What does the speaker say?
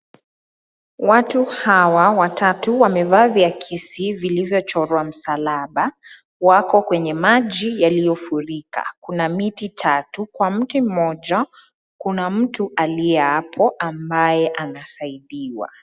Watu hawa watatu wamevaa viakisi vilivyochorwa msalaba. Wako kwenye maji yaliyofurika. Kuna miti tatu, kwa mti mmoja kuna mtu aliye hapo ambaye anasaidiwa.